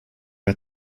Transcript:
der